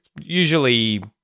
usually